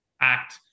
act